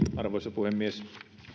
arvoisa puhemies